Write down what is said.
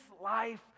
life